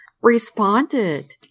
responded